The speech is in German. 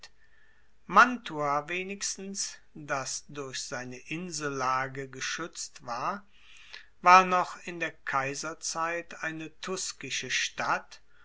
mantua wenigstens das durch seine insellage geschuetzt war war noch in der kaiserzeit eine tuskische stadt